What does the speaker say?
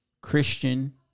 Christian